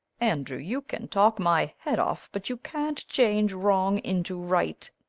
andrew you can talk my head off but you can't change wrong into right.